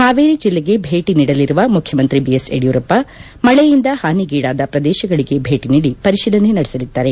ಹಾವೇರಿ ಜಿಲ್ಲೆಗೆ ಭೇಟಿ ನೀಡಲಿರುವ ಮುಖ್ಯಮಂತ್ರಿ ಬಿಎಸ್ ಯಡಿಯೂರಪ್ಪ ಮಳೆಯಿಂದ ಹಾನಿಗೀಡಾದ ಪ್ರದೇಶಗಳಗೆ ಛೇಟ ನೀಡಿ ಪರಿತೀಲನೆ ನಡೆಸಿದ್ದಾರೆ